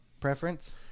preference